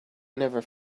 never